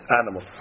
animal